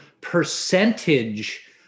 percentage